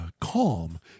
calm